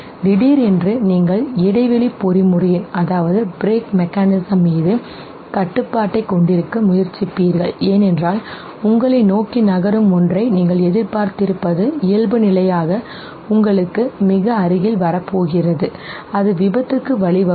திடீரென்று நீங்கள் இடைவெளி பொறிமுறையின் மீது கட்டுப்பாட்டைக் கொண்டிருக்க முயற்சிப்பீர்கள் ஏனென்றால் உங்களை நோக்கி நகரும் ஒன்றை நீங்கள் எதிர்பார்த்திருப்பது இயல்புநிலையாக உங்களுக்கு மிக அருகில் வரப்போகிறது அது விபத்துக்கு வழிவகுக்கும்